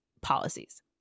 policies